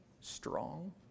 strong